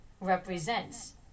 represents